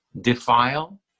defile